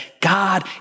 God